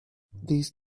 these